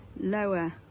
lower